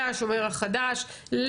לשומר החדש,